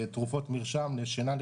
תרופות מרשם לשינה,